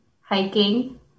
hiking